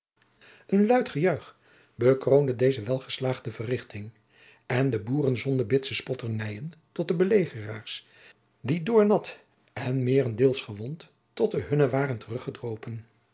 een luid gejuich bekroonde deze welgeslaagde verrichting en de boeren zonden bitse spotternijen jacob van lennep de pleegzoon tot de belegeraars die doornat en meerendeels gewond tot de hunnen waren